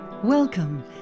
Welcome